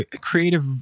creative